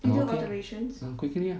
ah okay ah quickly ah